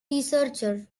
researcher